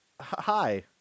hi